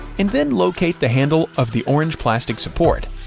and then locate the handle of the orange plastic support.